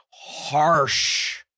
harsh